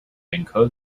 encode